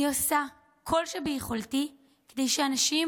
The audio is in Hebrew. אני עושה כל שביכולתי כדי שאנשים עם